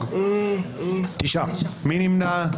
מי נמנע?